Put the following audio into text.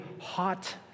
hot